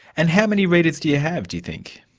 and how many readers do you have, do you think?